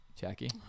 Jackie